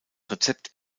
rezept